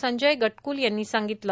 संजय गटक्ल यांनी सांगितलं